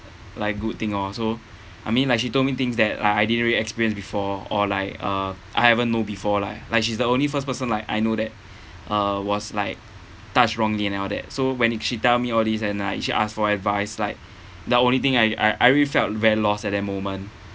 like good thing also I mean like she told me things that uh I didn't really experience before or like uh I haven't know before leh like she's the only first person like I know that uh was like touched wrongly and all that so when it she tell me all these and like she ask for advice like the only thing I I I really felt very lost at that moment